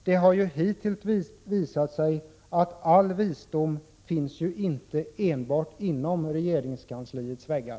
Det har ju hitintills varit så, att visdomen inte enbart finns inom regeringskansliets väggar.